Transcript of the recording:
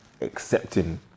accepting